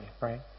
right